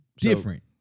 different